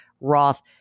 Roth